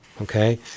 okay